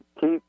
keep